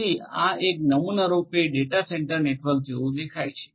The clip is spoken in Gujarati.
તેથી આ એક લાક્ષણિકરૂપ ડેટા સેન્ટર નેટવર્ક જેવું દેખાય છે